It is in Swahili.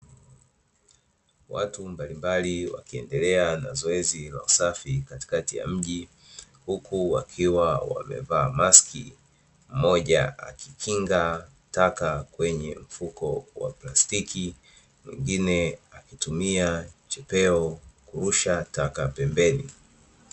Watu mbalimbali wakiendelea na zoezi la usafi katikati ya mji, huku wakiwa wamevaa maski, mmoja akikinga taka kwenye mfuko wa plastiki, mwingine akitumia chepeo kurusha taka pembeni.